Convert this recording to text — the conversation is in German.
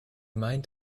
meint